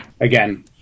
again